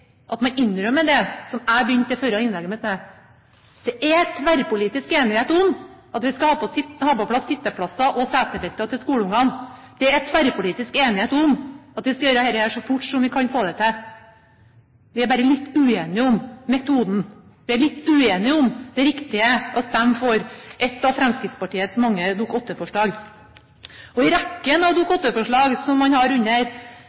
at man innrømmer det som jeg begynte det forrige innlegget mitt med, at det er tverrpolitisk enighet om at vi skal ha på plass sitteplasser og setebelter til skolebarna. Det er tverrpolitisk enighet om at vi skal gjøre dette så fort vi kan få det til. Vi er bare litt uenige om metoden. Vi er litt uenige om hvorvidt det er riktig å stemme for ett av Fremskrittspartiets mange Dokument 8-forslag. Når det gjelder rekken av Dokument 8-forslag som man har under